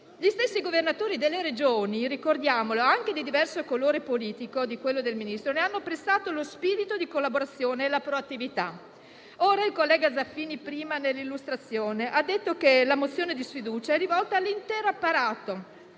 Gli stessi governatori delle Regioni - ricordiamolo - anche di diverso colore politico rispetto a quello del Ministro ne hanno apprezzato lo spirito di collaborazione e la proattività. Il collega Zaffini prima nell'illustrazione ha detto che la mozione di sfiducia è rivolta all'intero apparato.